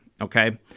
okay